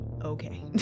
Okay